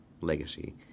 legacy